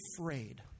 afraid